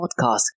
Podcast